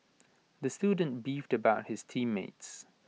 the student beefed about his team mates